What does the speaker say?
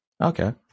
Okay